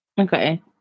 okay